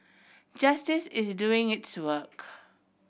justice is doing its work